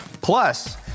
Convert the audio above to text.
plus